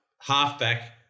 halfback